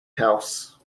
house